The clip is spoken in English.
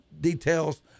details